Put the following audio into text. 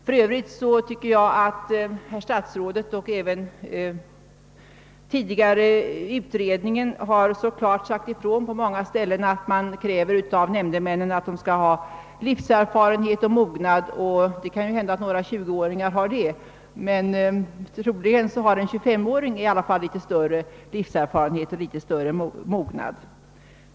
För övrigt har herr statsrådet och tidigare även utredningen klart sagt ifrån på många ställen, att man måste kräva att en nämndeman har livserfarenhet och mognad. Det kan hända att några tjugoåringar har det, men troli gen har en tjugofemåring litet större livserfarenhet och mognad.